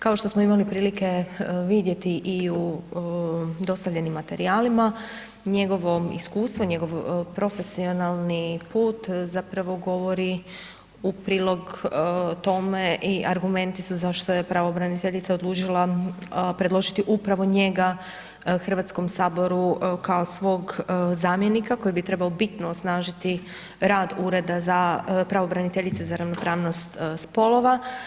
Kao što smo imali prilike vidjeti i u dostavljenim materijalima, njegovo iskustvo, njegov profesionalni put zapravo govori u prilog tome i argumenti su za što je pravobraniteljica odlučila predložiti upravo njega HS-u kao svog zamjenika koji bi trebao bitno osnažiti rad Ureda pravobraniteljice za ravnopravnost spolova.